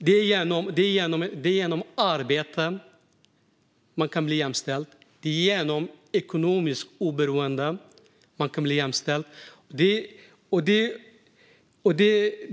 Det är genom arbete och ekonomiskt oberoende som man kan bli jämställd.